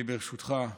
אני, ברשותך,